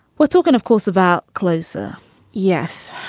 well, talking, of course, about clothes ah yes,